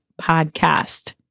podcast